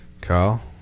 Carl